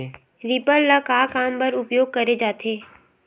Reaper ल का काम बर उपयोग करे जाथे?